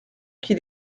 qu’il